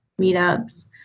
meetups